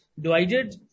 divided